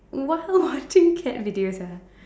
what watching cat videos ah